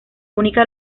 única